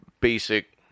basic